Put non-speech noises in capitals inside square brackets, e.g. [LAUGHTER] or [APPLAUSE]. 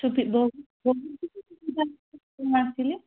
ଛୁଟି ବହୁତ ବହୁତ [UNINTELLIGIBLE] ସିନା ଆସିଲେ